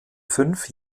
fünf